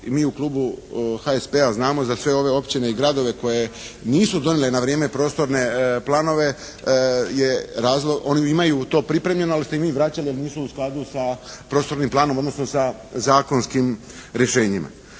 mi u Klubu HSP-a znamo za sve ove općine i gradove koje nisu donijele na vrijeme prostorne planove je, oni imaju to pripremljeno ali ste … /Govornik se ne razumije./ … vraćali jer nisu u skladu sa prostornim planom odnosno sa zakonskim rješenjima.